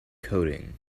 coding